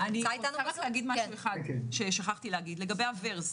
רק דבר אחד - הווירס